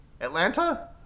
Atlanta